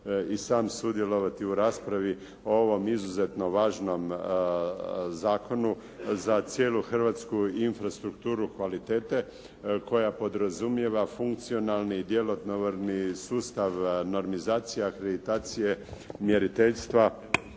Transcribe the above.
i sam sudjelovati u raspravi o ovom izuzetno važnom zakonu za cijelu hrvatsku infrastrukturu kvalitete koja podrazumijeva funkcionalni i djelotvorni sustav normizacija akreditacije mjeriteljstva,